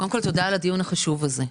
קודם כול, תודה על הדיון החשוב הזה.